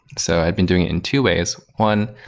so, i've been doing it in two ways. one,